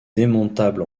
démontable